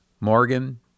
Morgan